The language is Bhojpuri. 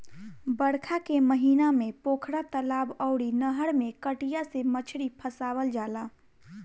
बरखा के महिना में पोखरा, तलाब अउरी नहर में कटिया से मछरी फसावल जाला